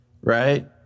right